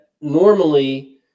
normally